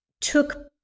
took